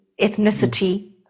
ethnicity